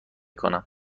کنم